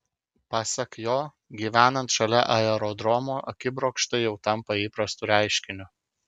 pasak jo gyvenant šalia aerodromo akibrokštai jau tampa įprastu reiškiniu